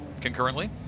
concurrently